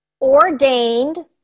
ordained